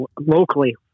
locally